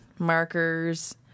Markers